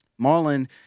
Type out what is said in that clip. Marlon